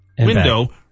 window